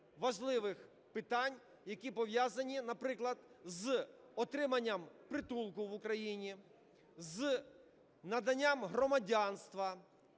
важливих питань, які пов'язані, наприклад, з отриманням притулку в Україні, з наданням громадянства,